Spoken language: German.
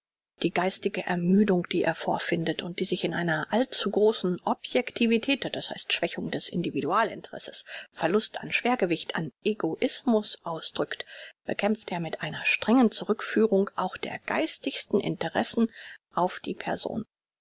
die geistige ermüdung die er vorfindet und die sich in einer allzugroßen objektivität das heißt schwächung des individualinteresses verlust an schwergewicht an egoismus ausdrückt bekämpft er mit einer strengen zurückführung auch der geistigsten interessen auf die person